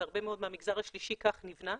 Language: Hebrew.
והרבה מאוד מהמגזר השלישי כך נבנה.